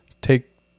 take